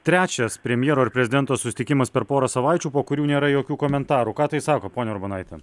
trečias premjero ir prezidento susitikimas per porą savaičių po kurių nėra jokių komentarų ką tai sako ponia urbonaite